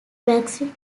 maxi